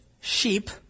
sheep